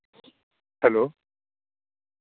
hello